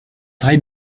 très